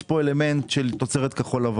יש פה גם אלמנט של תוצרת כחול-לבן.